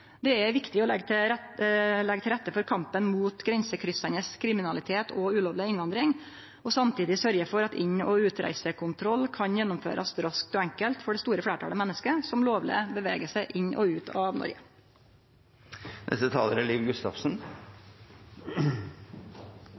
Det er viktig å leggje til rette for kampen mot grensekryssande kriminalitet og ulovleg innvandring og samtidig sørgje for at inn- og utreisekontroll kan gjennomførast raskt og enkelt for det store fleirtalet menneske som lovleg bevegar seg inn og ut av Noreg.